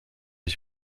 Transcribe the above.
ich